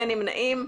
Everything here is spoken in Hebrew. אין נמנעים,